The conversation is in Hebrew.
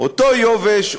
אותו יובש,